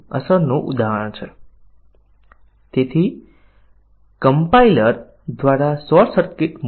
તો અહીં જો a એ b કરતા વધારે છે તો પ્રિન્ટફ એક્ઝીક્યુટ થાય છે